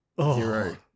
Zero